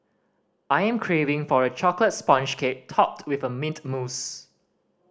I'm craving for a chocolate sponge cake topped with mint mousse